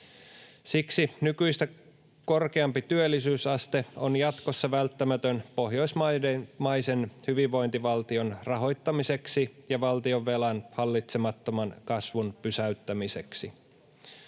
Siksi nykyistä korkeampi työllisyysaste on jatkossa välttämätön pohjoismaisen hyvinvointivaltion rahoittamiseksi ja valtionvelan hallitsemattoman kasvun pysäyttämiseksi.